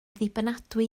ddibynadwy